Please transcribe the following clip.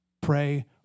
pray